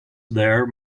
there